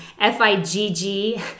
F-I-G-G